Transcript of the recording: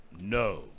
No